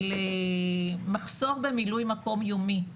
של מחסור במילוי מקום יומי,